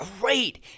great